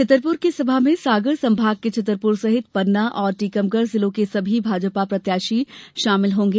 छतरपुर की सभा में सागर संभाग के छतरपुर सहित पन्ना और टीकमगढ़ जिलों के सभी भाजपा प्रत्याशी शामिल होगें